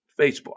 Facebook